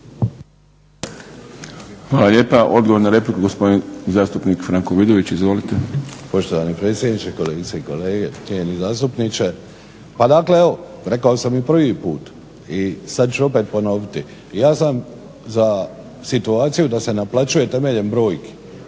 Hvala lijepa. Odgovor na repliku gospodin zastupnik Franko Vidović. Izvolite. **Vidović, Franko (SDP)** Poštovani predsjedniče, kolegice i kolege, cijenjeni zastupniče. Pa dakle evo, rekao sam i prvi put i sad ću opet ponoviti. Ja sam za situaciju da se naplaćuje temeljem brojki.